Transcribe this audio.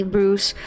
Bruce